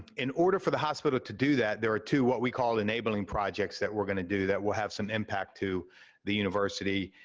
in order for the hospital to do that, there are two what we call enabling projects that we're gonna do that will have some impact to the university,